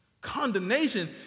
Condemnation